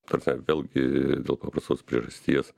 ta prasme vėlgi dėl paprastos priežasties